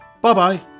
bye-bye